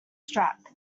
strap